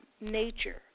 nature